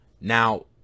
Now